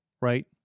Right